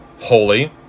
holy